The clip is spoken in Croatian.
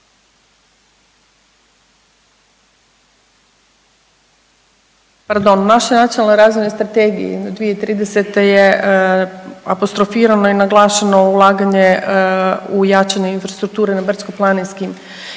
Pardon, u našoj Nacionalnoj razvojnoj strategiji do 2030. je apostrofirano i naglašeno ulaganje u jačanje infrastrukture na brdsko-planinskim